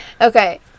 Okay